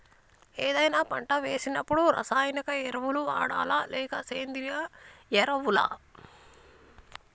ఏదైనా పంట వేసినప్పుడు రసాయనిక ఎరువులు వాడాలా? లేక సేంద్రీయ ఎరవులా?